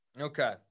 okay